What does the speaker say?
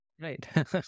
right